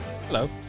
Hello